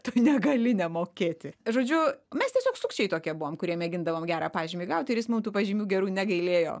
tu negali nemokėti žodžiu mes tiesiog sukčiai tokie buvom kurie mėgindavo gerą pažymį gauti ir jis man tų pažymių gerų negailėjo